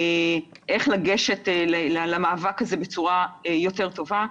איך לגשת למאבק הזה בצורה יותר טובה.